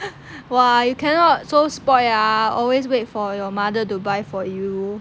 !wah! you cannot so spoilt ah always wait for your mother to buy for you